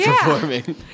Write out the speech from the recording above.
performing